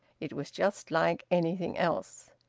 it was just like anything else.